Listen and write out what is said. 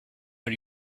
are